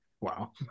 Wow